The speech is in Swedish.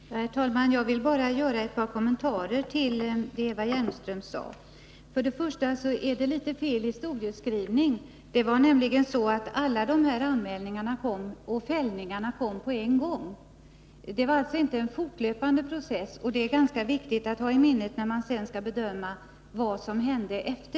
Herr talman! Jag vill bara göra ett par kommentarer till det Eva Hjelmström sade. För det första är historieskrivningen litet felaktig. Det var nämligen så att alla de här anmälningarna och fällande utslagen kom på en gång. Det var alltså inte en fortlöpande process. Det är ganska viktigt att ha detta i minnet, när man skall bedöma vad som därefter hände.